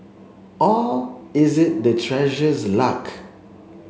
or is it the Treasurer's luck